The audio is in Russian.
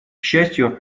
счастью